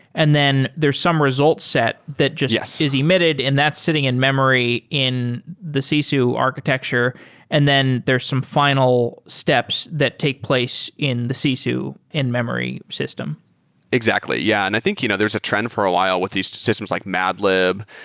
and then there's some results set that just yeah so is emitted and that's sitting in-memory in the sisu architecture and then there some fi nal steps that take place in the sisu in-memory system exactly. yeah. and i think you know there's a trend for a while with these systems like madlib,